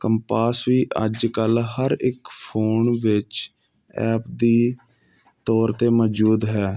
compass ਵੀ ਅੱਜ ਕੱਲ੍ਹ ਹਰ ਇੱਕ ਫੋਨ ਵਿੱਚ ਐਪ ਦੇ ਤੌਰ 'ਤੇ ਮੌਜੂਦ ਹੈ